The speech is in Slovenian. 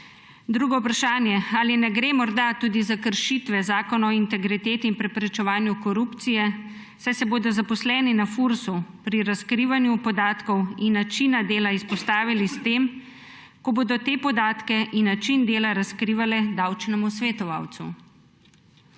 me tudi: Ali ne gre morda tudi za kršitve Zakona o integriteti in preprečevanju korupcije, saj se bodo zaposleni na Fursu pri razkrivanju podatkov in načina dela izpostavili s tem, ko bodo te podatke in način dela razkrivali davčnemu svetovalcu?